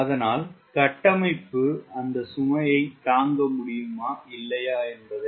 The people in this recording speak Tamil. அதனால் கட்டமைப்பு அந்த சுமையை தாங்க முடியுமா இல்லையா என்பதை உறுதிப்படுத்த வேண்டும்